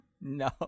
No